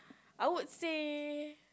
I would say